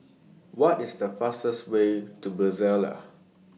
What IS The fastest Way to Brasilia